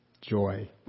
Joy